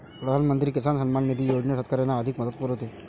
प्रधानमंत्री किसान सन्मान निधी योजना शेतकऱ्यांना आर्थिक मदत पुरवते